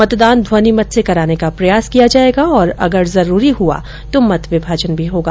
मतदान ध्वनिमत से कराने का प्रयास किया जाएगा और अगर जरूरी हुआ तो मत विभाजन भी होगा